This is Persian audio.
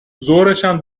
ظهرشم